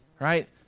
Right